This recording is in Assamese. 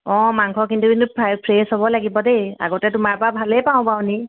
অ' মাংস কিন্তু কিন্তু ফ্ৰেছ হ'ব লাগিব দেই আগতে তোমাৰ পৰা ভালেই পাওঁ বাৰু নি